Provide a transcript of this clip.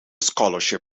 scholarship